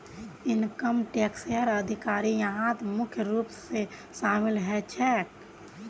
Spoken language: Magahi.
इनकम टैक्सेर अधिकारी यहात मुख्य रूप स शामिल ह छेक